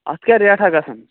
اَتھ کیٛاہ ریٹھاہ گژھان